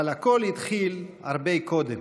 אבל הכול התחיל הרבה קודם,